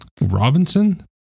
Robinson